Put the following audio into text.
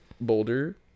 boulder